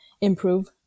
improve